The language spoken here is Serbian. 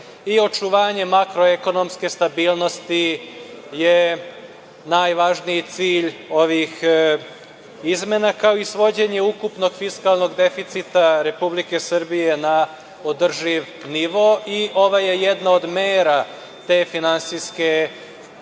i očuvanje makroekonomske stabilnosti je najvažniji cilj ovih izmena, kao i svođenje ukupnog fiskalnog deficita Republike Srbije na održiv nivo. Ovo je jedna od mera te finansijske